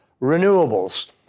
renewables